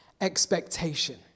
expectation